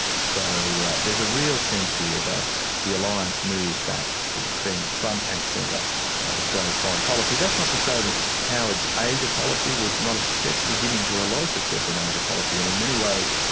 so there's a real sense here ah that the alliance moves back to being front and centre of australia's foreign policy. that's not to say that howard's asia policy was not a success, he did enjoy a lot of success in asia policy, and in many ways